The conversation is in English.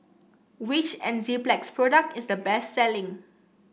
which Enzyplex product is the best selling